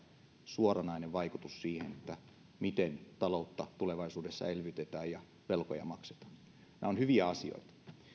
suoranainen vaikutus siihen miten taloutta tulevaisuudessa elvytetään ja velkoja maksetaan nämä ovat hyviä asioita